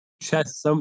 chess